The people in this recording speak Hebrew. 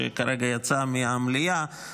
שכרגע יצא מהמליאה,